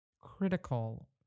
critical